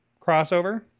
crossover